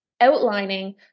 outlining